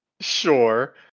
sure